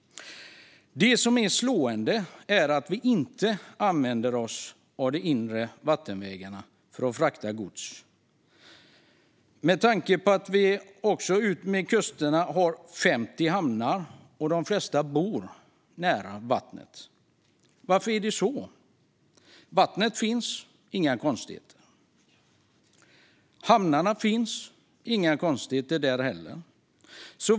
Det som är slående är att vi inte använder oss av de inre vattenvägarna för att frakta gods. Utmed kusterna har vi 50 hamnar, och de flesta bor nära vattnet. Varför använder vi oss inte av dem? Vattnet finns - inga konstigheter! Hamnarna finns - inga konstigheter där heller!